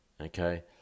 okay